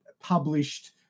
published